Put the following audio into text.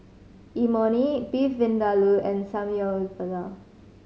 Imoni Beef Vindaloo and